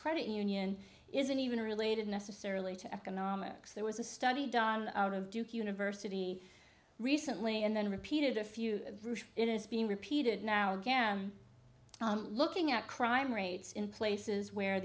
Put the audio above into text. credit union isn't even related necessarily to economics there was a study done out of duke university recently and then repeated a few it is being repeated now again looking at crime rates in places where